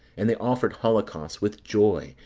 and they offered holocausts with joy,